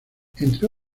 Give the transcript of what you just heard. entre